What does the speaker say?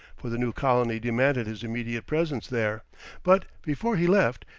for the new colony demanded his immediate presence there but before he left,